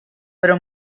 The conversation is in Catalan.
però